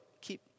keep